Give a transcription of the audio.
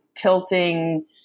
tilting